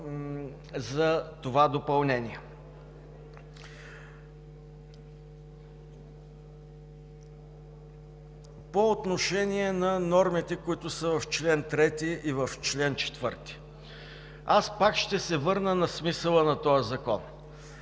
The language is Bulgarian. за това допълнение. По отношение нормите, които са в чл. 3 и в чл. 4, аз пак ще се върна на смисъла на този закон.